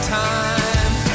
time